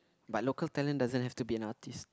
but local talent doesn't have to be an artiste